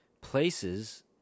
places